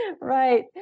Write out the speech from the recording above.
Right